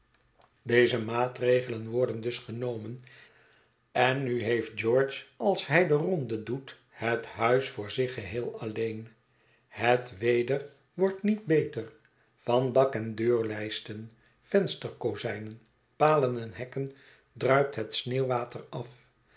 deze maatregelen worden dus genomen en nu heeft george als hij de ronde doet het huis voor zich geheel alleen het weder wordt niet beter van dak en deurlijsten vensterkozijnen palen en hekken druipt het sneeuwwater af